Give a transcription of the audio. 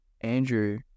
Andrew